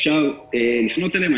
אפשר לפנות אליהם.